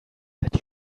that